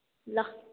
ल